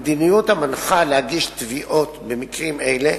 המדיניות המנחה להגיש תביעות במקרים אלה